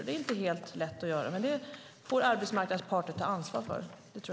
Det är inte helt lätt, men det får arbetsmarknadens parter ta ansvar för.